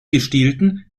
gestielten